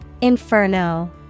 Inferno